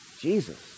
Jesus